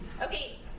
Okay